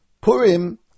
Purim